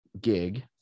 gig